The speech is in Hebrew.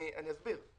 אסביר.